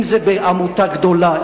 אם זה בעמותה גדולה,